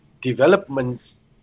developments